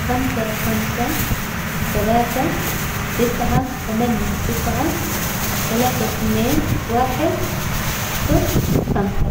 خمسة، خمسة، ثلاثة، تسعة، ثمانية، تسعة، ثلاثة، اثنين، واحد، صفر، خمسة.